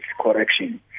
correction